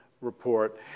report